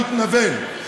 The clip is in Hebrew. הוא יתנוון.